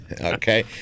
Okay